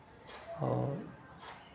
और